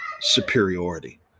superiority